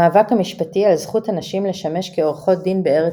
המאבק המשפטי על זכות הנשים לשמש כעורכות דין בארץ בארץ ישראל